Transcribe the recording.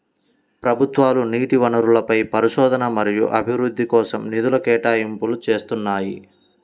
ప్రభుత్వాలు నీటి వనరులపై పరిశోధన మరియు అభివృద్ధి కోసం నిధుల కేటాయింపులు చేస్తున్నాయి